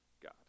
God